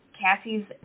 Cassie's